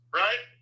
right